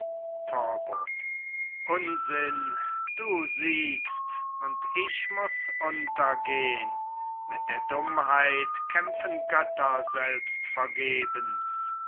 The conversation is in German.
unsinn du siegst und ich muß untergehn mit der dummheit kämpfen götter selbst vergebens